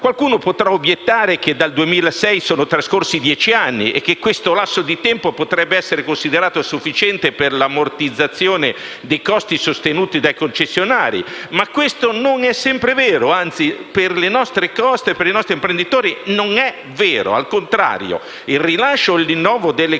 Qualcuno potrà obiettare che dal 2006 sono trascorsi dieci anni e che questo lasso di tempo potrebbe essere considerato sufficiente per l'ammortizzazione dei costi sostenuti dai concessionari, ma questo non è sempre vero; anzi, per le nostre coste, per i nostri imprenditori non è vero. Al contrario, il rilascio o il rinnovo delle